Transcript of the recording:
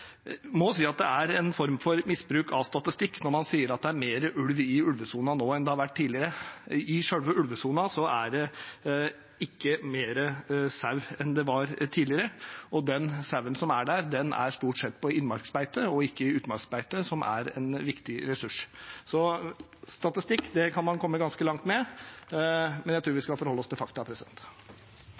må også si at det er en form for misbruk av statistikk når man sier at det er mer sau i ulvesonen nå enn det har vært tidligere. I selve ulvesonen er det ikke mer sau enn det var tidligere, og den sauen som er der, er stort sett på innmarksbeite og ikke på utmarksbeite, som er en viktig ressurs. Statistikk kan man komme ganske langt med, men jeg tror vi skal forholde oss til fakta.